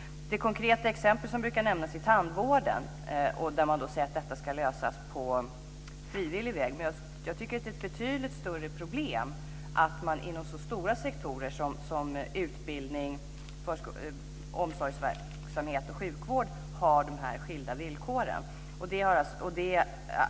Det finns ett konkret exempel som brukar nämnas när det gäller tandvården. Man säger då att detta ska lösas på frivillig väg, men jag tycker att det är ett betydligt större problem att man inom så stora sektorer som utbildnings-, omsorgs och sjukvårdssektorn har de här skilda villkoren.